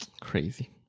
Crazy